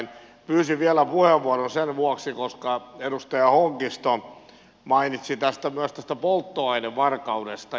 pyysin vielä puheenvuoron sen vuoksi että edustaja hongisto mainitsi myös tästä polttoainevarkaudesta